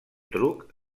truc